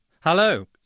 Hello